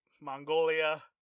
Mongolia